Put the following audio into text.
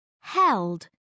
held